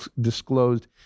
disclosed